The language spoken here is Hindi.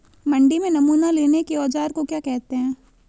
मंडी में नमूना लेने के औज़ार को क्या कहते हैं?